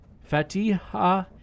Fatiha